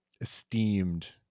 esteemed